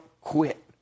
quit